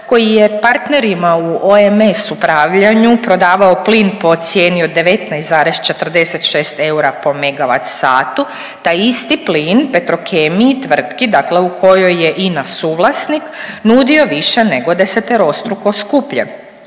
koji je partnerima u OMS Upravljanju prodavao plin po cijeni od 19,46 eura po megavat satu, taj isti plin Petrokemiji tvrtki, dakle u kojoj je INA suvlasnik nudio više nego deseterostruko skuplje